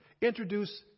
introduce